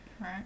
Right